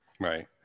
Right